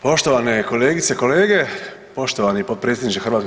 Poštovane kolegice i kolege, poštovani potpredsjedniče HS.